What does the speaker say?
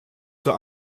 zur